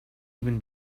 even